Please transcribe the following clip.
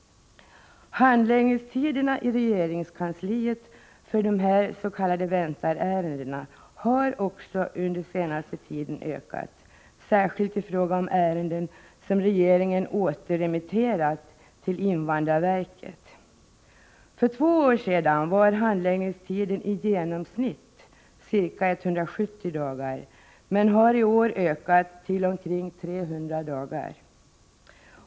Handläggningstiderna i regeringskansliet för dessa s.k. väntarärenden har också under den senaste tiden ökat, särskilt i fråga om ärenden som regeringen har återremitterat till invandrarverket. För två år sedan var handläggningstiden i genomsnitt ca 170 dagar men har i år ökat till omkring 300 dagar.